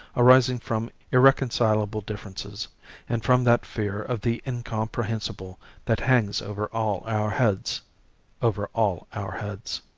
arising from irreconcilable differences and from that fear of the incomprehensible that hangs over all our heads over all our heads.